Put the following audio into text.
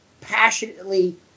passionately